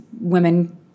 women